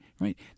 right